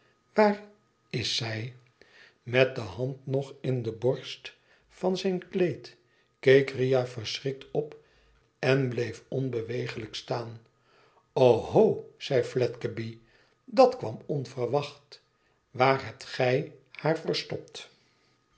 waar is zij met de hand nog in de borst van zijn kleed keek riah verschrikt op en bleef onbeweeglijk staan oho zeiflwigeby dat kwam onverwacht waar hebt gij haar verstopt